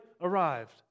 arrived